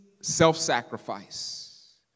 self-sacrifice